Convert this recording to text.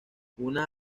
una